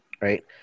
Right